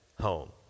home